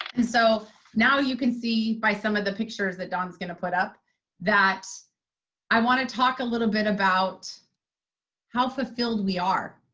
and so now you can see by some of the pictures that dawn's going to put up that i want to talk a little bit about how fulfilled we are.